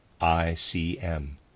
I-C-M